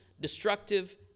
destructive